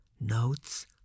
Notes